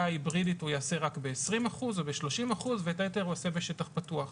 ההיברידית הוא יעשה רק ב-20% או ב-30% ואת היתר הוא עושה בשטח פתוח.